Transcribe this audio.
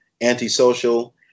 antisocial